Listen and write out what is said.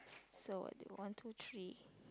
so what d~ one two three